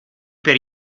per